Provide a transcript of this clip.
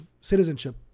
citizenship